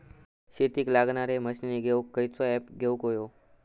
शेतीक लागणारे मशीनी घेवक खयचो ऍप घेवक होयो?